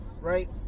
right